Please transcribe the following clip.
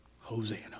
Hosanna